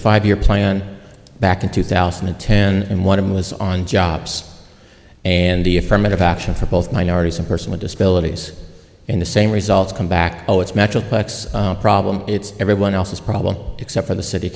five year plan back in two thousand and ten and one of them was on jobs and the affirmative action for both minorities and person with disabilities in the same results come back oh it's natural problem it's everyone else's problem except for the city